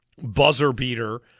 buzzer-beater